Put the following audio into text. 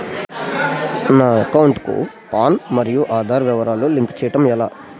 నా అకౌంట్ కు పాన్, ఆధార్ వివరాలు లింక్ చేయటం ఎలా?